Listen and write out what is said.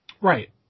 Right